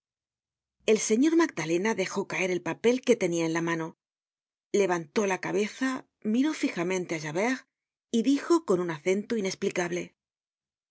el señor magdalena dejó caer el papel que tenia en la mano levantó la cabeza miró fijamente á javert y dijo con un acento inesplicable